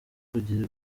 kugira